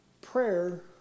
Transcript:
Prayer